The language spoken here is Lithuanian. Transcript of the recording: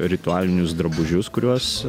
ritualinius drabužius kuriuos